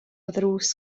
ddrws